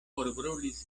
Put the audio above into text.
forbrulis